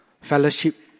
fellowship